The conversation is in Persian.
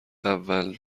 اول